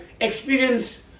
experience